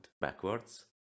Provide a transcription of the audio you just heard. backwards